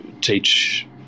teach